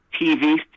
TV